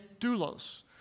doulos